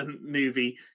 movie